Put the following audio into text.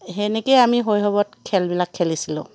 সেনেকৈয়ে আমি শৈশৱত খেলবিলাক খেলিছিলোঁ